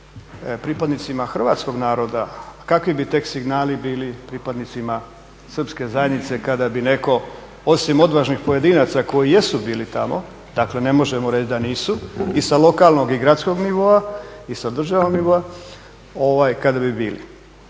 pripadnicima hrvatskog naroda. A kakvi bi tek signali bili pripadnicima Srpske zajednice kada bi netko osim odvažnih pojedinaca koji jesu bili tamo. Dakle, ne možemo reći da nisu i sa lokalnog i gradskog nivoa i sa državnog nivoa kada bi bili.